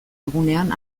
egunean